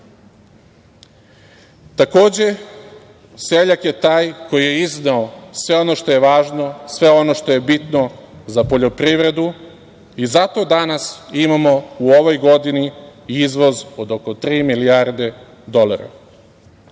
napred. Takođe, seljak je taj koji je izneo sve ono što je važno, sve ono što je bitno za poljoprivredu i zato danas imamo u ovoj godini izvoz od oko tri milijarde dolara. Najveći